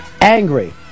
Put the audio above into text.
angry